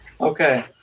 Okay